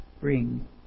bring